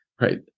right